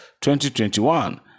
2021